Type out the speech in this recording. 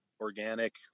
organic